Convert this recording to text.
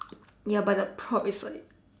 ya but the prop is like